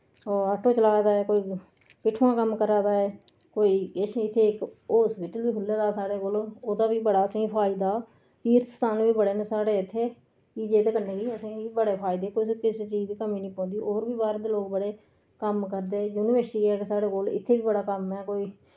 ओह् आटो चला दा ऐ कोई इत्थोआं कम्म करा दा ऐ कोई किश इत्थै होस्पिटल बी खु'ल्ले दा साढ़े कोल ओह्दा बी बड़ा असें फायदा तीर्थ स्थान बी बड़े न साढ़े इत्थै कि जेह्दे कन्नै कि असें बड़े फायदे कुस किसे चीज दी कमी नेईं पौंदी होर बी बाह्र दे लोक बड़े कम्म करदे युनिवेस्टी ऐ इक साढ़े कोल इत्थे वि बड़ा कम्म ऐ कोई